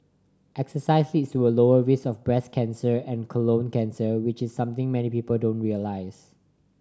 exercise leads to a lower risk of breast cancer and colon cancer which is something many people don't realise